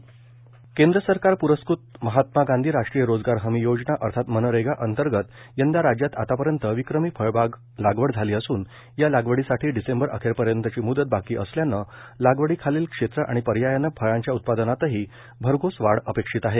मनरेगा केंद्र सरकार प्रस्कृत महात्मा गांधी राष्ट्रीय रोजगार हमी योजना अर्थात मनरेगा अंतर्गत यंदा राज्यात आतापर्यंत विक्रमी फळबाग लागवड झाली असून या लागवडीसाठी डिसेंबर अखेरपर्यंतची मुदत बाकी असल्यानं लागवडीखालील क्षेत्र आणि पर्यायानं फळांच्या उत्पादनातही भरघोस वाढ अपेक्षित आहे